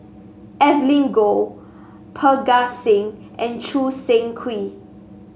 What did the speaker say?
Evelyn Goh Parga Singh and Choo Seng Quee